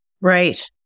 Right